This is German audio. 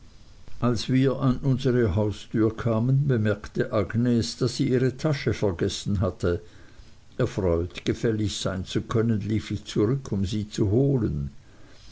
als wir an unsere haustür kamen bemerkte agnes daß sie ihre tasche vergessen hatte erfreut gefällig sein zu können lief ich zurück um sie zu holen